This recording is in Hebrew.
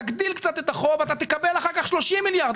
תגדיל קצת את החוב, אתה תקבל אחר כך 30 מיליארד.